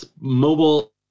mobile